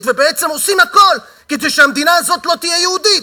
ובעצם עושים הכול כדי שהמדינה הזאת לא תהיה יהודית,